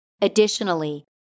Additionally